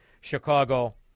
Chicago